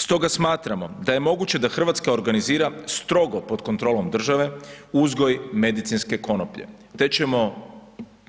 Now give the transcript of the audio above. Stoga smatramo da je moguće da Hrvatska organizira strogo pod kontrolom države uzgoj medicinske konoplje te ćemo